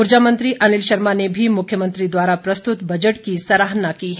उर्जा मंत्री अनिल शर्मा ने भी मुख्यमंत्री द्वारा प्रस्तुत बजट की सराहना की है